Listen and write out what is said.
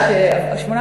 המדיניות של ישראל.